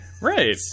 Right